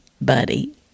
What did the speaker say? buddy